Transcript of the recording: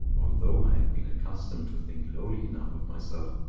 although i have been accustomed to think lowly enough of myself,